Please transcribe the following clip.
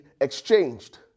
exchanged